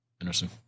Interesting